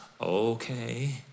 okay